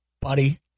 buddy